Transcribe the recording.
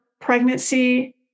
pregnancy